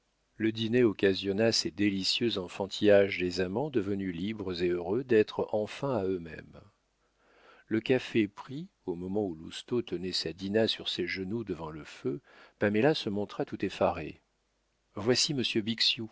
le dîner occasionna ces délicieux enfantillages des amants devenus libres et heureux d'être enfin à eux-mêmes le café pris au moment où lousteau tenait sa dinah sur ses genoux devant le feu paméla se montra tout effarée voici